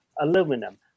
aluminum